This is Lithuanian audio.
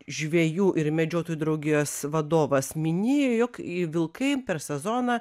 žvejų ir medžiotojų draugijos vadovas minėjo jog į vilkai per sezoną